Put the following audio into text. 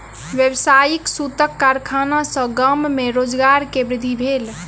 व्यावसायिक सूतक कारखाना सॅ गाम में रोजगार के वृद्धि भेल